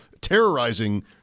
terrorizing